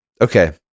Okay